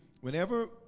Whenever